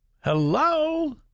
Hello